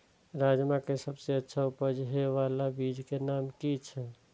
राजमा के सबसे अच्छा उपज हे वाला बीज के नाम की छे?